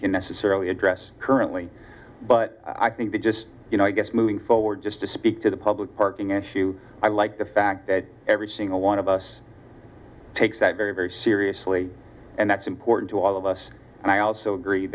can necessarily address currently but i think that just you know i guess moving forward just to speak to the public parking issue i like the fact that every single one of us takes that very very seriously and that's important to all of us and i also agree